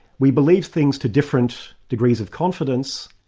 we believe things to different degrees of confidence.